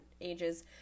ages